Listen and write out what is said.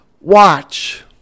watch